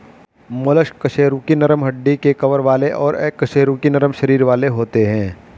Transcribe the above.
mollusc कशेरुकी नरम हड्डी के कवर वाले और अकशेरुकी नरम शरीर वाले होते हैं